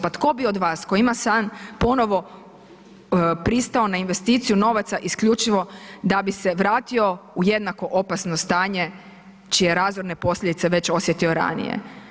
Pa tko bi od vas, ima san, ponovo pristao na investiciju novaca isključivo da bi se vratio u jednako opasno stanje čije je razorne posljedice već osjetio ranije.